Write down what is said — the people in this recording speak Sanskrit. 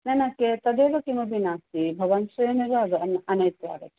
न न के तदेव किमपि नास्ति भवान् स्वयमेव आग् आन् आनयित्वा आगच्छति